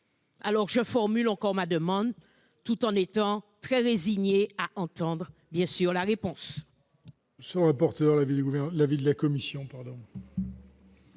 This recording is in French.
Alors, je formule encore ma demande, tout en étant très résignée à entendre une réponse